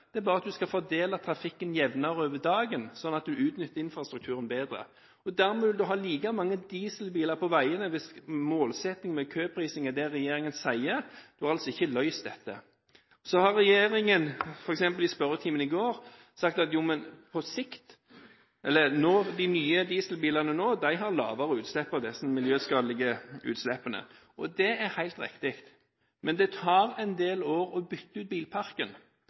det er at man skal fordele trafikken jevnere over dagen sånn at man utnytter infrastrukturen bedre. Dermed vil vi ha like mange dieselbiler på veiene, hvis målsettingen med køprising er det regjeringen sier. Altså er ikke dette løst. Regjeringen har, f.eks. i spørretimen i går, sagt at de nye dieselbilene nå har lavere miljøskadelige utslipp. Det er helt riktig. Men det tar en del år å bytte ut bilparken.